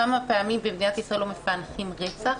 כמה פעמים במדינה ישראל לא מפענחים רצח,